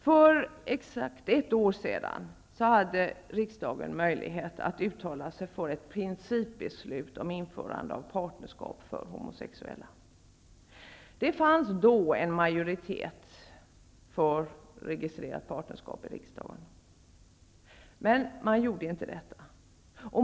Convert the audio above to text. För exakt ett år sedan hade riksdagen möjlighet att uttala sig för ett principbeslut för införande av partnerskap för homosexuella -- i riksdagen fanns då en majoritet för registrerat partnerskap -- men man gjorde inte det.